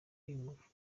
ingufu